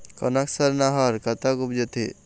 कनक सरना हर कतक उपजथे?